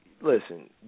listen